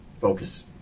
focus